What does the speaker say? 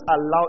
allow